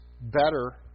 better